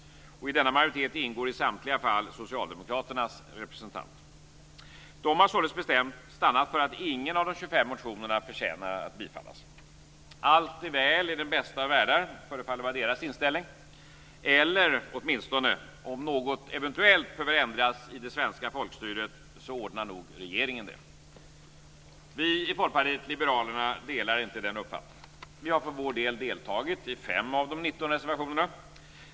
I denna majoritet ingår i samtliga fall Socialdemokraternas representant. De har således bestämt stannat för att ingen av de 25 motionerna förtjänar att bifallas. "Allt är väl i den bästa av världar", förefaller vara deras inställning, eller om något eventuellt behöver förändras i det svenska folkstyret ordnar nog regeringen det. Vi i Folkpartiet liberalerna delar inte denna uppfattning. Vi har deltagit i 5 av de 19 reservationerna.